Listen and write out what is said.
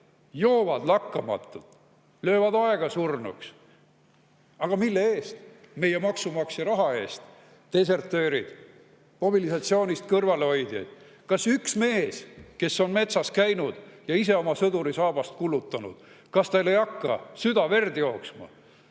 joovad lakkamatult ja löövad aega surnuks." Aga mille eest? Meie maksumaksja raha eest! Desertöörid, mobilisatsioonist kõrvalehoidjad! Kas on ükski mees, kes on metsas käinud ja ise oma sõdurisaabast kulutanud, ja kellel ei hakka süda verd jooksma?